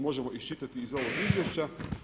Možemo iščitati iz ovog izvješća.